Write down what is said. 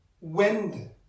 wind